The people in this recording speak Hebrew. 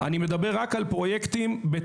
תוכנית החומש הקרובה אושרה.